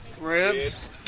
Ribs